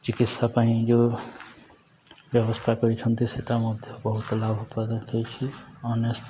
ଚିକିତ୍ସା ପାଇଁ ଯେଉଁ ବ୍ୟବସ୍ଥା କରିଛନ୍ତି ସେଇଟା ମଧ୍ୟ ବହୁତ ଲାଭଦାୟତ ହେଇଛି